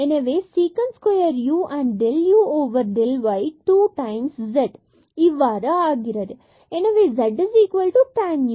எனவே sec square u del u del y 2 times z இவ்வாறு ஆகிறது எனவே z tan u